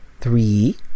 three